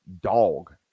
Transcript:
dog